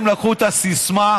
הם לקחו את הסיסמה.